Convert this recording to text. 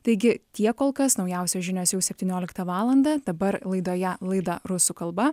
taigi tiek kol kas naujausios žinios jau septynioliktą valandą dabar laidoje laida rusų kalba